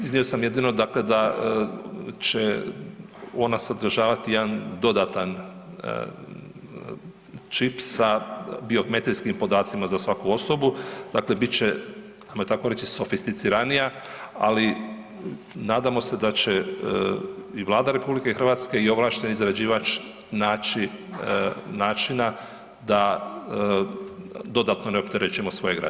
Iznio sam jedino da će ona sadržavati jedan dodatan čip sa biometrijskim podacima za svaku osobu, dakle bit će ajmo tako reći sofisticiranija, ali nadamo se da će i Vlada RH i ovlašteni izrađivač naći načina da dodatno ne opterećujemo svoje građane.